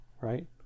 right